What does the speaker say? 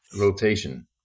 rotation